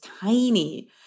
tiny